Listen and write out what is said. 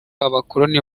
abakoloni